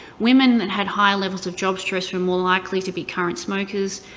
women that had higher levels of job stress were more likely to be current smokers,